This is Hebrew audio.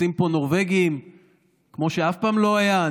עושים פה נורבגים כמו שאף פעם לא היה.